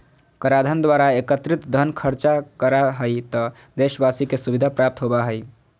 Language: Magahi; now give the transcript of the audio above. कराधान द्वारा एकत्रित धन खर्च करा हइ त देशवाशी के सुविधा प्राप्त होबा हइ